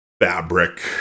fabric